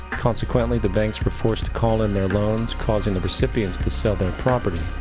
consequently the banks were forced to call in their loans, causing the recipients to sell their property,